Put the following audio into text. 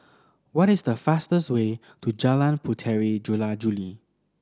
what is the fastest way to Jalan Puteri Jula Juli